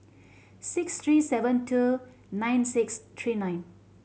six three seven two nine six three nine